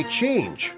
change